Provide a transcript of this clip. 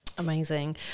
amazing